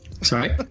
Sorry